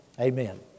Amen